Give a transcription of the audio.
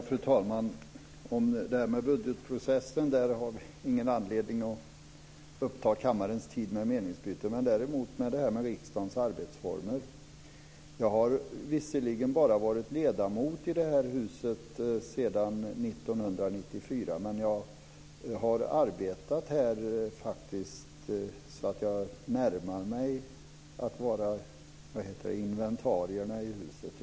Fru talman! Vi har ingen anledning att uppta kammarens tid med meningsutbyte om budgetprocessen men däremot i frågan om riksdagens arbetsformer. Jag har visserligen bara varit ledamot i riksdagen sedan 1994. Men jag har arbetat här så att jag närmar mig att vara ett inventarium i huset.